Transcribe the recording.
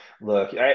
Look